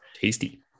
Tasty